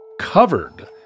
covered